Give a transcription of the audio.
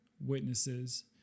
witnesses